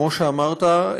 כמו שאמרת,